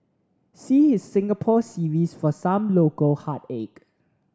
see his Singapore series for some local heartache